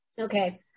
Okay